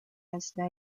hasta